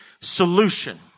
solution